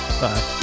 Bye